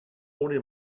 ohne